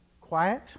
quiet